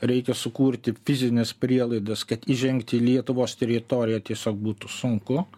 reikia sukurti fizines prielaidas kad įžengti į lietuvos teritoriją tiesiog būtų sunku